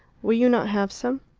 will you not have some?